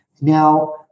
Now